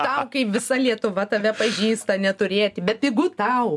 tau kai visa lietuva tave pažįsta neturėti bepigu tau